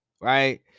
right